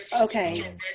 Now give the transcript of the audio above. Okay